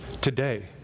today